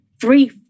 three